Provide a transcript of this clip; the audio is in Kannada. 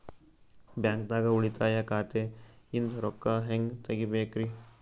ಬ್ಯಾಂಕ್ದಾಗ ಉಳಿತಾಯ ಖಾತೆ ಇಂದ್ ರೊಕ್ಕ ಹೆಂಗ್ ತಗಿಬೇಕ್ರಿ?